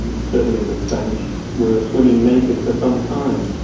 and certainly the spanish were swimming naked for some time,